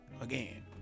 Again